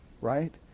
right